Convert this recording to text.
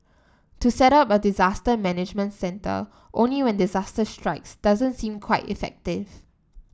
to set up a disaster management centre only when disaster strikes doesn't seem quite effective